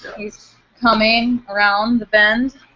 he's coming around the bend.